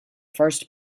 first